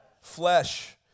Flesh